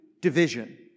division